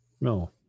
No